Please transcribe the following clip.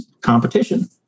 competition